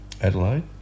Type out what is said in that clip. Adelaide